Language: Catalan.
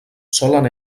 solen